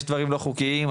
יש דברים לא חוקיים,